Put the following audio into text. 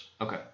Okay